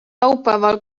laupäeval